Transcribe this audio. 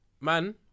man